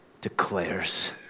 declares